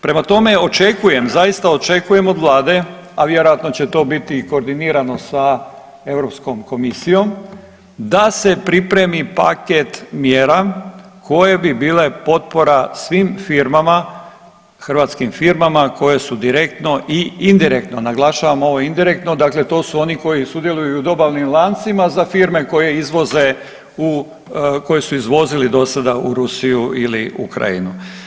Prema tome očekujem, zaista očekujem od vlade, a vjerojatno će to biti i koordinirano sa Europskom komisijom da se pripremi paket mjera koje bi bile potpora svim firmama, hrvatskim firmama koje su direktno i indirektno, naglašavam ovo indirektno, dakle to su oni koji sudjeluju u dobavnim lancima za firme koje izvoze u, koji su izvozili dosada u Rusiju ili Ukrajinu.